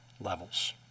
levels